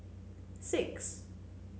six